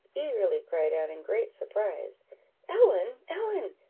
eagerly cried out, in great surprise ellen, ellen!